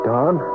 Don